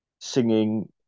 singing